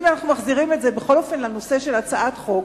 אם אנחנו מחזירים את זה בכל אופן לנושא של הצעת חוק,